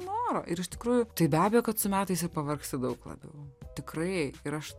noro ir iš tikrųjų tai be abejo kad su metais ir pavargsti daug labiau tikrai ir aš